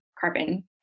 carbon